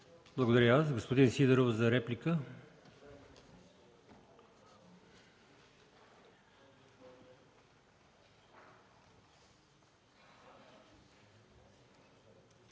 Благодаря. Господин Вучков – за реплика.